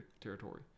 territory